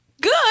Good